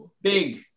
Big